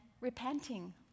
repenting